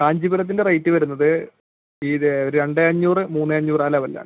കാഞ്ചീപുരത്തിൻ്റെ rate വരുന്നത് ഇത് രണ്ട് അഞ്ഞൂറ് മൂന്ന് അഞ്ഞൂറ് ആ ലെവലിലാണ്